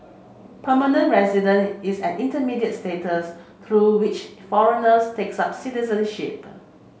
permanent resident is an intermediate status through which foreigners takes up citizenship